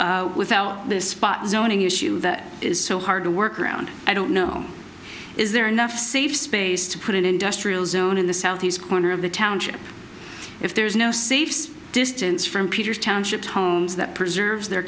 without this spot zoning issue that is so hard to work around i don't know is there enough safe space to put an industrial zone in the southeast corner of the township if there is no safes distance from peter's township homes that preserves their